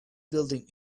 building